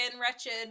Wretched